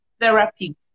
therapy